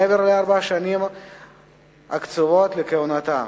מעבר לארבע השנים הקצובות לכהונתה,